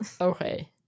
okay